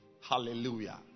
hallelujah